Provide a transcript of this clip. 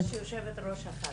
מעכשיו את יושבת-ראש הוועדה.